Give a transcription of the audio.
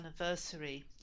anniversary